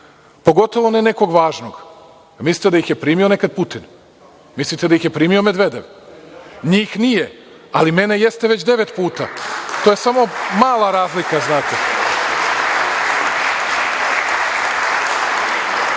pogotovo ne nekog važno. Mislite da ih je primio nekad Putin? Mislite da ih je primio Medvedev? Njih nije, ali mene jeste već devet puta. To je samo mala razlika, znate.